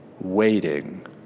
waiting